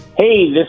Hey